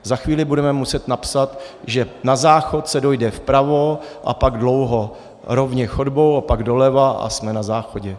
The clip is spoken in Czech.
Za chvíli budeme muset napsat, že na záchod se dojde vpravo a pak dlouho rovně chodbou a pak doleva a jsme na záchodě.